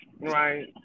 right